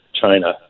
China